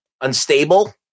unstable